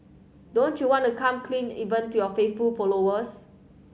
don't you want to come clean even to your faithful followers